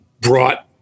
brought